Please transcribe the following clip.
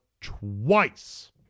twice